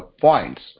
points